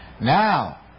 Now